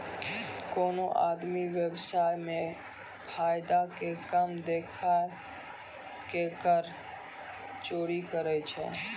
कोनो आदमी व्य्वसाय मे फायदा के कम देखाय के कर चोरी करै छै